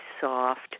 soft